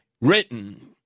written